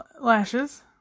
lashes